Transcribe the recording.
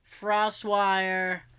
FrostWire